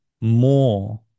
more